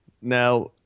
Now